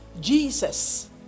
Jesus